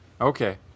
okay